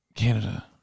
Canada